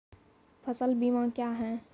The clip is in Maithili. फसल बीमा क्या हैं?